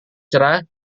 cerah